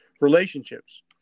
relationships